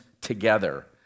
together